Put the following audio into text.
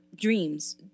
dreams